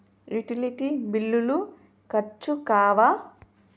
Utility బిల్లులు ఖర్చు కావా?